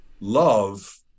love